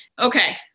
Okay